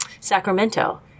Sacramento